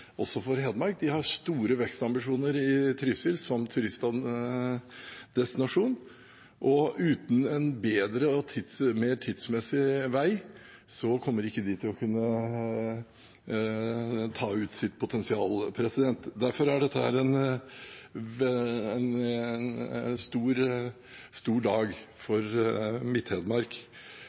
også for Hedmark. De har store vekstambisjoner i Trysil som turistdestinasjon, og uten en bedre og mer tidsmessig vei kommer de ikke til å kunne ta ut sitt potensial. Derfor er dette en stor dag for Midt-Hedmark. Det går så det suser i Innlandet for